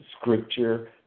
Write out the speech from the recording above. scripture